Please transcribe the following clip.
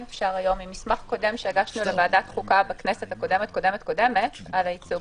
ממסמך קודם שהגשנו לוועדת החוקה בכנסת העשרים על ייצוג